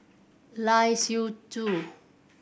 Lai Siu Chiu